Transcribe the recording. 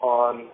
on